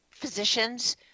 physicians